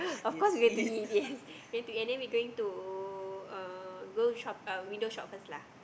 of course we going to eat yes we going to eat and then we going to uh go shop uh window shop first lah